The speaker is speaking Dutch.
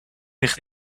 ligt